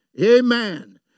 Amen